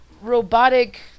robotic